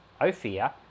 Ophir